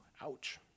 ouch